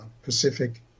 Pacific